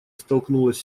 столкнулась